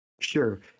sure